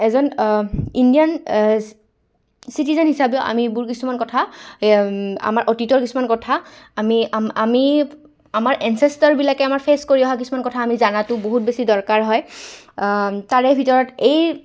এজন Indian citizen হিচাপেও আমিবোৰ কিছুমান কথা আমাৰ অতীতৰ কিছুমান কথা আমি আমি আমাৰ এনচেষ্টাৰবিলাকে আমাৰ ফেচ কৰি অহা কিছুমান কথা আমি জনাটো বহুত বেছি দৰকাৰ হয় তাৰে ভিতৰত এই